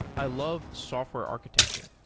i love software architecture,